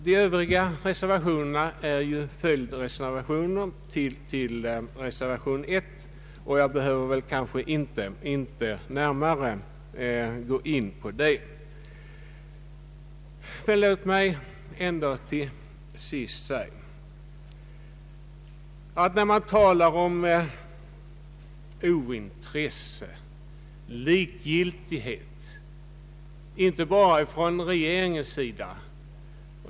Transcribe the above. De övriga reservationerna är ju följdreservationer till reservation 1, och jag behöver väl kanske inte närmare gå in på dem. Låt mig till sist säga följande. Man talar om ointresse, likgiltighet, inte bara från regeringens sida.